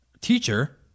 teacher